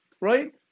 right